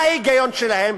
מה ההיגיון שלהן?